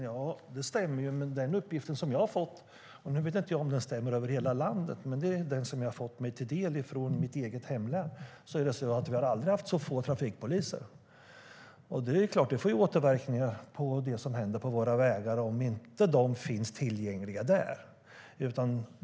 Ja, det stämmer ju, men den uppgift jag har fått mig till del från mitt hemlän - jag vet inte om den gäller för hela landet - är att vi aldrig har haft så få trafikpoliser som nu. Det är klart att det får återverkningar på våra vägar om de inte finns tillgängliga där.